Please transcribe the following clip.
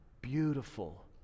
beautiful